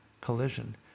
collision